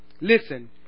Listen